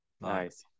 Nice